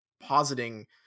positing